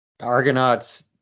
Argonauts